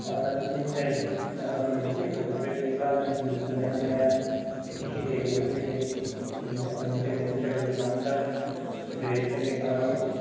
आलदा रोखोमनि जायो मानोना मोनसे जायगाआव थाबाय थायोब्ला मानसिनि साननाय हनाया एखे जायगाआवनो थाबाय थायो बिनि थाखायनो जोङो ट्रेबेल खालामबा जेरै ट्रेनजों खालामो